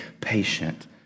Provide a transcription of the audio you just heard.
patient